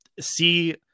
see